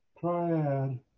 triad